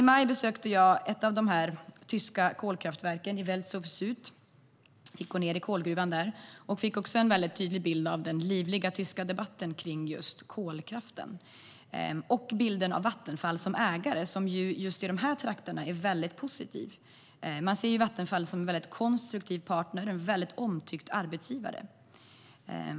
I maj besökte jag ett av de tyska kolkraftverken, Welzow-Süd, där jag fick gå ned i kolgruvan. Jag fick en tydlig bild av den livliga tyska debatten om kolkraften och även av Vattenfall som ägare, en bild som är väldigt positiv just i dessa trakter. Man ser Vattenfall som en konstruktiv partner och omtyckt arbetsgivare.